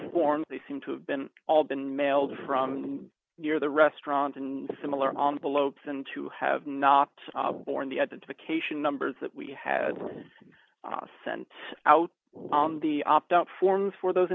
form they seem to have been all been mailed from near the restaurant and similar on below person to have not borne the identification numbers that we had sent out on the opt out form for those